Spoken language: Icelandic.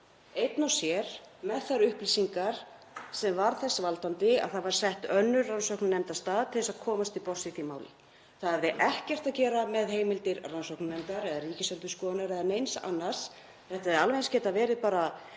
einn og sér með þær upplýsingar sem urðu þess valdandi að það var sett önnur rannsóknarnefnd af stað til að komast til botns í því máli. Það hafði ekkert að gera með heimildir rannsóknarnefndar eða Ríkisendurskoðunar eða neins annars. Þetta hefði alveg eins getað verið bara